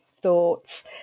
thoughts